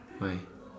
why